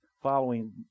following